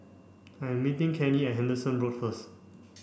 I'm meeting Cannie at Henderson Road first